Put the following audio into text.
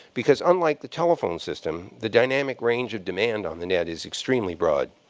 because unlike the telephone system, the dynamic range of demand on the net is extremely broad.